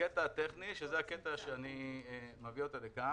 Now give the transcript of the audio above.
שאני מביא לכאן.